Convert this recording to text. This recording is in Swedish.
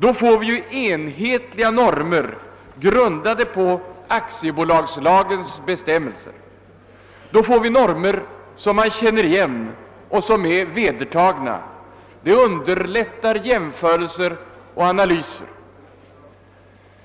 Då får man enhetliga och vedertagna normer, som är grundade på aktiebolagslagens bestämmelser, vilket underlättar jämförelser och analyser.